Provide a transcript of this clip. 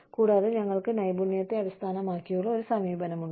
കൂടാതെ ഞങ്ങൾക്ക് നൈപുണ്യത്തെ അടിസ്ഥാനമാക്കിയുള്ള ഒരു സമീപനമുണ്ട്